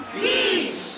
Beach